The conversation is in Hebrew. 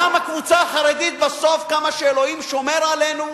גם הקבוצה החרדית בסוף, כמה שאלוהים שומר עלינו,